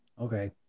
Okay